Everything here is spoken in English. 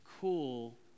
cool